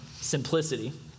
simplicity